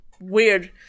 weird